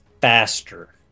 faster